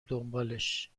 دنبالش